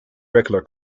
regular